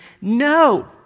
No